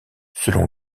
selon